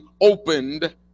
opened